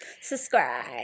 Subscribe